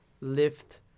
lift